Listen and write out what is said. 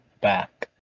back